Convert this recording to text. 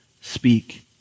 speak